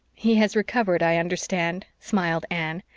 he has recovered, i understand, smiled anne.